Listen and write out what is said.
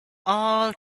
all